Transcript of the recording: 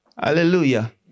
Hallelujah